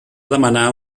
demanar